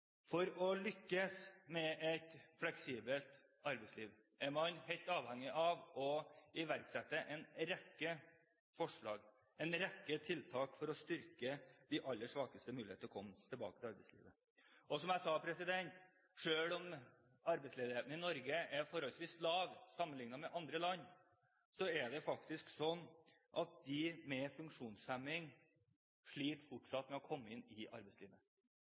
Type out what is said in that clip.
For å lykkes med et fleksibelt arbeidsliv er man helt avhengig av å iverksette en rekke forslag, en rekke tiltak for å styrke de aller svakestes mulighet til å komme tilbake til arbeidslivet. Som jeg sa: Selv om arbeidsledigheten i Norge er forholdsvis lav sammenliknet med andre land, sliter fortsatt de med funksjonshemning med å komme inn i arbeidslivet. 78 000 mennesker med funksjonshemning oppgir selv at de ønsker seg inn i arbeidslivet,